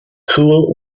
cool